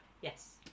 Yes